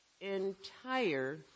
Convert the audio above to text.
entire